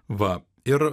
va ir